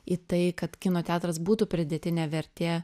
į tai kad kino teatras būtų pridėtinė vertė